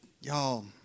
Y'all